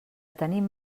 tenim